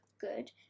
good